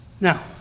Now